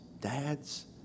dads